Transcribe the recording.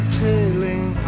tailing